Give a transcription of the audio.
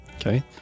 Okay